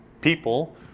people